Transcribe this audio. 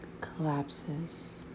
collapses